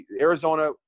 Arizona –